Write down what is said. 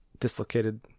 dislocated